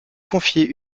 confier